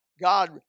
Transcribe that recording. God